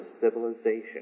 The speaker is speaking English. civilization